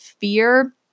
fear